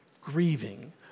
grieving